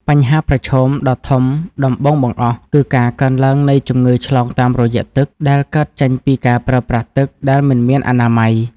បញ្ហាប្រឈមដ៏ធំដំបូងបង្អស់ គឺការកើនឡើងនៃជំងឺឆ្លងតាមរយៈទឹក ដែលកើតចេញពីការប្រើប្រាស់ទឹកដែលមិនមានអនាម័យ។